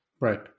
Right